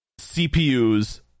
cpus